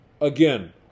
Again